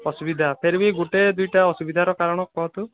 ଅସୁବିଧା ଫିର ବି ଗୋଟେ ଦୁଇଟା ଅସୁବିଧାର କାରଣ କୁହନ୍ତୁ